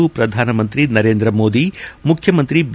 ಶ್ರಧಾನಮಂತ್ರಿ ನರೇಂದ್ರ ಮೋದಿ ಮುಖ್ಯಮಂತ್ರಿ ಬಿ